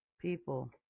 People